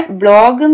blog